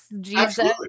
Jesus